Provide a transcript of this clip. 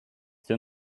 too